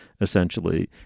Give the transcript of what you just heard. essentially